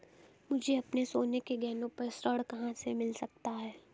मुझे अपने सोने के गहनों पर ऋण कहां से मिल सकता है?